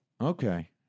Okay